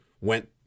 went